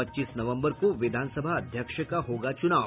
पच्चीस नवंबर को विधानसभा अध्यक्ष का होगा चुनाव